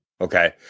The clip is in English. okay